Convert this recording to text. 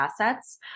assets